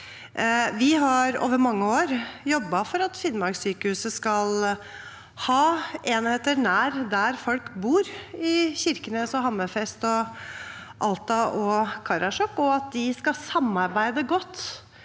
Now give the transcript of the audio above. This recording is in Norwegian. Vi har over mange år jobbet for at Finnmarkssykehuset skal ha enheter nær der folk bor, i Kirkenes og Hammerfest og Alta og Karasjok, og at de skal samarbeide godt